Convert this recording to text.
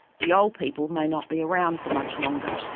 the old people may not be around for much longer.